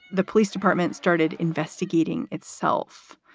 the police department started investigating itself.